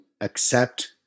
accept